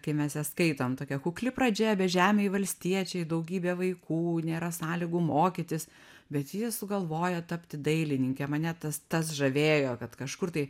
kai mes jas skaitom tokia kukli pradžia bežemiai valstiečiai daugybė vaikų nėra sąlygų mokytis bet ji sugalvoja tapti dailininke mane tas tas žavėjo kad kažkur tai